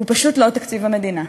הוא פשוט לא תקציב המדינה.